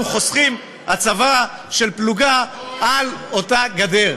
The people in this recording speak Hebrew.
אנחנו חוסכים הצבה של פלוגה על אותה גדר.